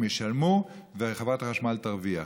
הם ישלמו, וחברת החשמל תרוויח.